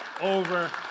over